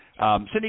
Cindy